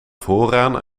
vooraan